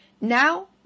Now